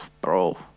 bro